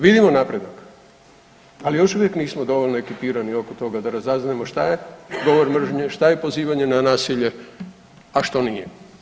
Vidimo napredak, ali još uvijek nismo dovoljno ekipirani oko toga da razaznajemo šta je govor mržnje, šta je pozivanje na nasilje, a što nije.